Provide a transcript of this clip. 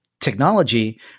technology